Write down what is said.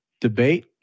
debate